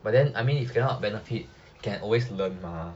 but then I mean if cannot benefit can always learn mah